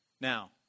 Now